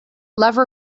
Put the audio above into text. love